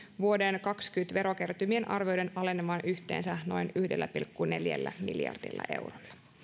vuoden kaksikymmentä verokertymien arvioidaan alenevan yhteensä noin yhdellä pilkku neljällä miljardilla eurolla